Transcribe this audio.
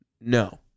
No